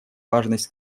важность